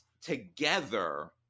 together